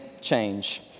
change